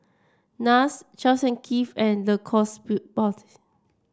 NARS Charles Keith and Sportif